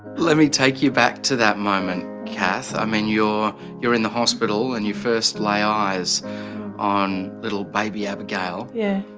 let me take you back to that moment, kath. i mean, you're you're in the hospital and you first lay eyes on little baby abigail. yeah.